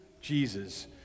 Jesus